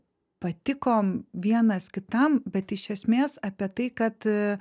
patikom vienas kitam bet iš esmės apie tai kad